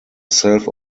self